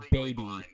baby